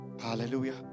Hallelujah